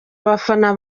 abafana